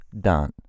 done